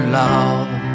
love